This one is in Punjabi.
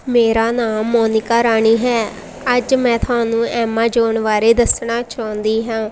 ਮੇਰਾ ਨਾਮ ਮੋਨਿਕਾ ਰਾਣੀ ਹੈ ਅੱਜ ਮੈਂ ਤੁਹਾਨੂੰ ਐਮਾਜੋਨ ਬਾਰੇ ਦੱਸਣਾ ਚਾਹੁੰਦੀ ਹਾਂ